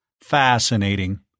Fascinating